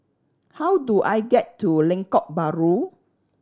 how do I get to Lengkok Bahru